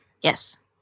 yes